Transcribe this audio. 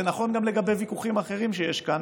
זה נכון גם לגבי ויכוחים אחרים שיש כאן,